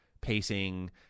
Pacing